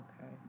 Okay